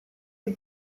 più